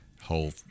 whole